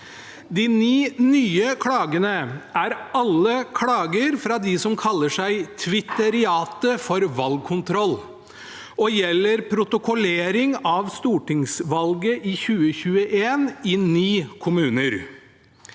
De ni nye klagene er alle klager fra de som kaller seg Twitteriatet for Valgkontroll, og gjelder protokollering av stortingsvalget i 2021 i ni kommuner.